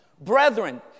Brethren